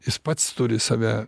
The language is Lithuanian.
jis pats turi save